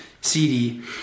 CD